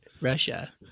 russia